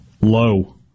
Low